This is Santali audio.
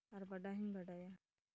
ᱟᱨ ᱵᱟᱰᱟᱭ ᱦᱚᱧ ᱵᱟᱰᱟᱭᱟ